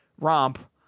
romp